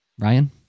Ryan